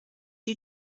you